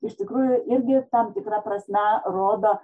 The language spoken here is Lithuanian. iš tikrųjų irgi tam tikra prasme rodo